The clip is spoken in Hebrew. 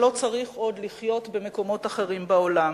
שלא צריך עוד לחיות במקומות אחרים בעולם,